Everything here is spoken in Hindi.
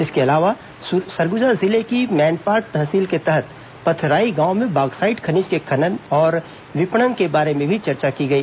इसके अलावा सरगुजा जिले की मैनपाट तहसील के तहत पथराई गांव में बॉक्साइट खनिज के खनन और विपणन के बारे में भी चर्चा की गई